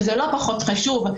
וזה לא פחות חשוב.